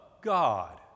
God